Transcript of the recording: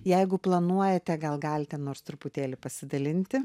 jeigu planuojate gal galite nors truputėlį pasidalinti